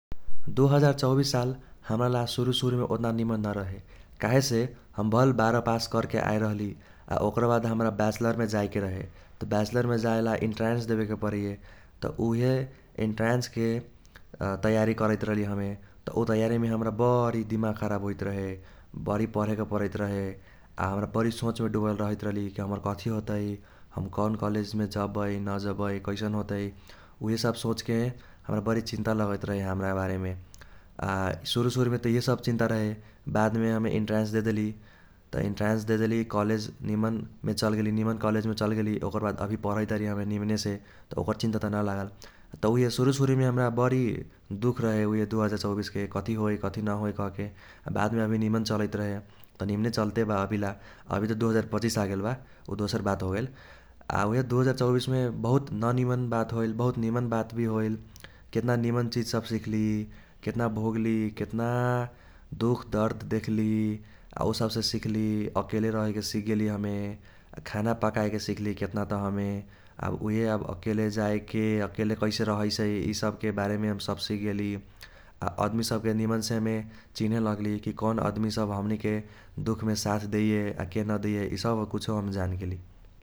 दु हाजार चौबीस साल हम्राला सुरूसुरूमे ओतना निमन न रहे काहेसे हम भल बार्ह पास कर्के आएल रहली। आ ओक्रा बाद हम्रा बैच्लरमे जाएके रहे। त बैच्लरमे जाएला एन्ट्रन्स देबे परैये, त उइहे एन्ट्रन्सके तैयारी रहली हमे। त उ तैयारीमे हम्रा बरी दिमाग खराब होइत रहे बरी पर्हेके परैत रहे आ हम्रा बरी सोचमे दुबल रहैत रहली कि हमर कथी होतै। हम कौन कॉलेजमे जबै न जबै कैसन होतै उइहे सब सोचके हम्रा बरी चिन्ता लगैत रहे हम्रा बारेमे । आ सुरूसुरूमे त इहेसब चिन्ता रहे, बादमे हमे एन्ट्रन्स देदेली त एन्ट्रन्स देदेली कॉलेज निमनमे चलगेली निमनमे कॉलेज चलगेली ओकर बाद अभी पर्हैत हमे निमनेसे । त ओकर चिन्ता त न लागल । त उइहे सुरूसुरूमे हम्रा बरी दुख रहे उइहे दु हाजार चौबीसके कथी होइ कथी न होइ कहके । आ बादमे अभी निमन चलैत रहे त निमने चल्ते बा। अभी त दु हाजार पचिस आगेल बा उ दोसर बात होगेल । आ दु हाजार चौबीसमे बहुत न निमन बात होइल बहुत निमन बात भी होइल । केतना निमन चिज सब भी सिख्ली, केतना भोग्ली, केतना दुख दर्द देख्ली आ उसबसे सिख्ली अकेले रहेके सिखगेली हमे, आ खाना पाकाएके सिख्ली केतना त हमे । आब उइहे अब अकेले जाएके अकेले कैसे रहैसै ईसबके बारेमे हम सब सिखगेली। आ अदमी सबके निमनसे हमे चिन्हे लग्ली कि कौन अदमी सब हमनीके दुखमे साथ देईये आ के न देईये ईसब कुछो हम जान गेली ।